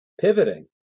pivoting